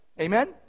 Amen